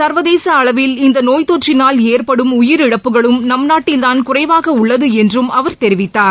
ச்வதேச அளவில் இந்த நோய் தொற்றினால் ஏற்படும் உயிரிழப்புகளும் நம் நாட்டில்தான் குறைவாக உள்ளது என்றும் அவர் தெரிவித்தார்